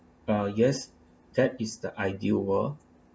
ah yes that is the ideal world